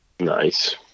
nice